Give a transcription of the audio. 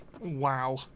Wow